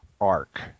arc